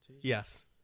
Yes